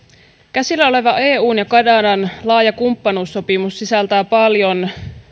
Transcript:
käsillä oleva eun ja kanadan laaja kumppanuussopimus sisältää paljon